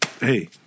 hey